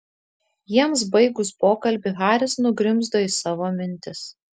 jiems baigus pokalbį haris nugrimzdo į savo mintis